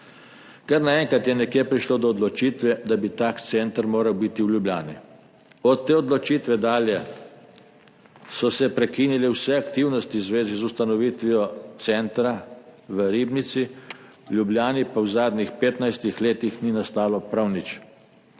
Kar naenkrat je nekje prišlo do odločitve, da bi tak center moral biti v Ljubljani. Od te odločitve dalje so se prekinile vse aktivnosti v zvezi z ustanovitvijo centra v Ribnici, v Ljubljani pa v zadnjih 15 letih ni nastalo prav nič.